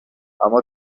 اما